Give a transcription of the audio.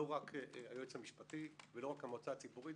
לא רק היועץ המשפטי ולא רק המועצה הציבורית,